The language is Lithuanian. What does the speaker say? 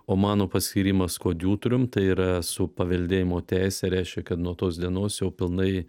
o mano paskyrimas koadjutorium tai yra su paveldėjimo teise reiškia kad nuo tos dienos jau pilnai